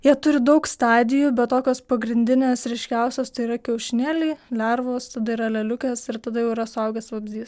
jie turi daug stadijų bet tokios pagrindinės ryškiausios tai yra kiaušinėliai lervos tada yra leliukės ir tada jau yra suaugęs vabzdys